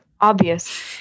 obvious